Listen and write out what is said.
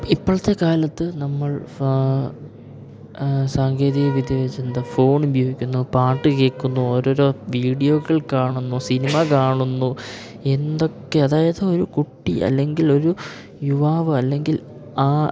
ഇപ്പോഴത്തെക്കാലത്ത് നമ്മൾ സാങ്കേതിക വിദ്യവെച്ച് ഫോൺ ഉപയോഗിക്കുന്നു പാട്ടു കേൾക്കുന്നു ഓരോരോ വീഡിയോകൾ കാണുന്നു സിനിമ കാണുന്നു എന്തൊക്കെ അതായത് ഒരു കുട്ടി അല്ലെങ്കിൽ ഒരു യുവാവ് അല്ലെങ്കിൽ ആ